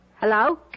Hello